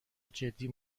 جدی